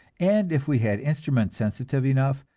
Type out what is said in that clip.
and if we had instruments sensitive enough,